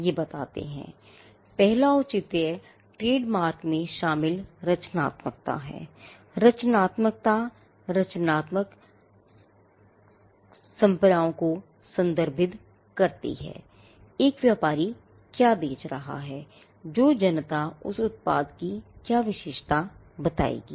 अब पहला औचित्य ट्रेडमार्क में शामिल रचनात्मकता है और रचनात्मकता रचनात्मक संपर्आ को संदर्भित करती है कि एक व्यापारी क्या बेच रहा है जो जनता उस उत्पाद की क्या विशेषता बताएगी